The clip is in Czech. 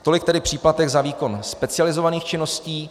Tolik tedy příplatek za výkon specializovaných činností.